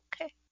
okay